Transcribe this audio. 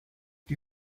die